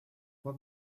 what